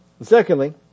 Secondly